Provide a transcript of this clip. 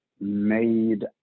made